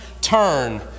turn